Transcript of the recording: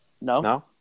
No